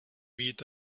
meet